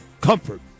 Comfort